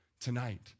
tonight